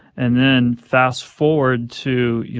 and then fast-forward to, you